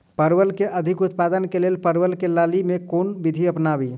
परवल केँ अधिक उत्पादन केँ लेल परवल केँ लती मे केँ कुन विधि अपनाबी?